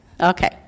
Okay